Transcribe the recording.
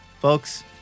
Folks